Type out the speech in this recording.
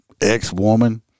ex-woman